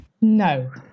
No